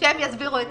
שהם יסבירו את